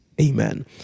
amen